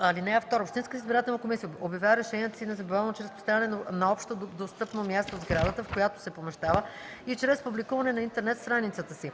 (2) Общинската избирателна комисия обявява решенията си незабавно чрез поставяне на общодостъпно място в сградата, в която се помещава, и чрез публикуване на интернет страницата си.